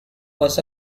was